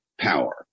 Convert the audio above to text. power